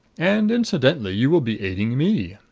and incidentally you will be aiding me.